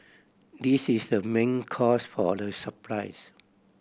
this is the main cause for the surprise